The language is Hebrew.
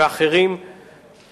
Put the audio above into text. וחברי כנסת נוספים,